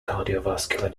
cardiovascular